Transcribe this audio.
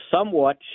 somewhat